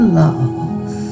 love